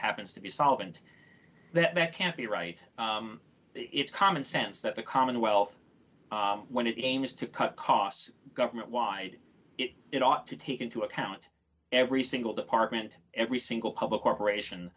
happens to be solvent that can't be right it's common sense that the commonwealth when it aims to cut costs government wide it ought to take into account every single department every single public corporation